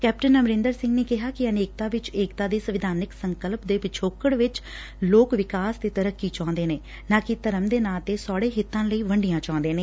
captain Amarinder Singh ਨੇ ਕਿਹਾ ਕਿ ਅਨੇਕਤਾ ਵਿਚ ਏਕਤਾ ਦੇ ਸੰਤਿਧਾਨਿਕ ਸੰਕਲਪ ਦੇ ਪਿਛੋਕੜ ਵਿਚ ਲੋਕ ਵਿਕਾਸ ਤੇ ਤਰੱਕੀ ਚਾਹੁੰਦੇ ਹਨ ਨਾਂ ਕਿ ਧਰਮ ਦੇ ਨਾਂ ਤੇ ਸੌਤੇ ਹਿੱਤਾ ਲਈ ਵੰਡੀਆਂ ਚਾਹੁੰਦੇ ਨੇ